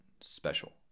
special